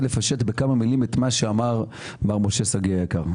לפשט בכמה מילים את מה שאמר מר משה שגיא היקר.